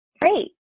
Great